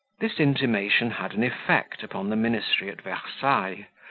this intimation had an effect upon the ministry at versailles,